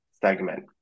segment